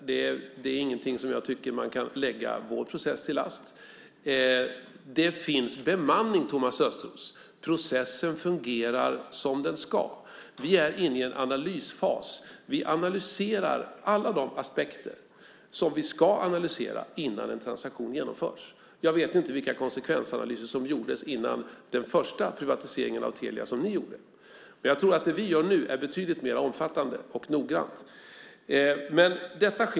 Det är inget som jag tycker att man kan lägga vår process till last. Det finns bemanning, Thomas Östros. Processen fungerar som den ska. Vi är inne i en analysfas. Vi analyserar alla de aspekter som vi ska analysera innan en transaktion genomförs. Jag vet inte vilka konsekvensanalyser som gjordes före den första privatiseringen av Telia - den som ni gjorde. Men jag tror att den vi gör nu är betydligt mer omfattande och noggrann.